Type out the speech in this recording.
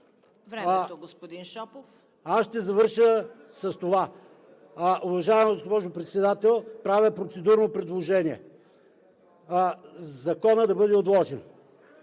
Времето, господин Шопов. ПАВЕЛ ШОПОВ: Аз ще завърша с това. Уважаема госпожо Председател, правя процедурно предложение Законът да бъде отложен.